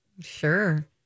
sure